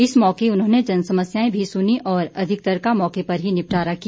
इस मौके उन्होंने जनसमस्याएं भी सुनी और अधिकतर का मौके पर ही निपटारा किया